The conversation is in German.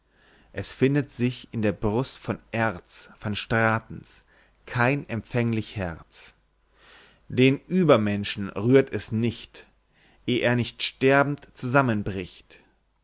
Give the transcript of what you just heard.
es findet in der brust von erz van stratens kein empfänglich herz den uebermenschen rührt es nicht eh er nicht sterbend zusammenbricht